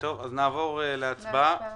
נעבור להצבעה.